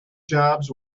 jobs